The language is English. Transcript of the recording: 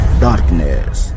Darkness